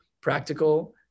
practical